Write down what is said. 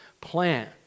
plan